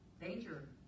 Danger